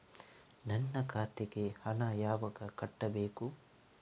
ನನ್ನ ಖಾತೆಗೆ ಹಣ ಯಾವಾಗ ಕಟ್ಟಬೇಕು?